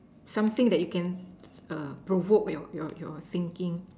something that you can err provoke your your your thinking